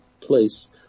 place